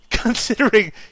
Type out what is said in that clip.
Considering